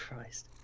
Christ